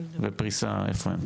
ופריסה איפה הם.